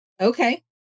okay